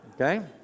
Okay